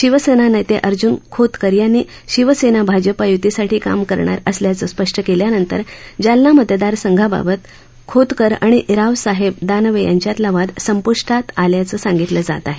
शिवसेना नेते अर्जुन खोतकर यांनी शिवसेना भाजपा युतीसाठी काम करणार असल्याचं स्पष्ट केल्यानंतर जालना मतदार संघाबाबत खोतकर आणि रावसाहेब दानवे यांच्यातला वाद संपूष्टात आल्याचं सांगितलं जात आहे